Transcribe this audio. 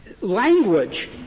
Language